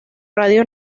radio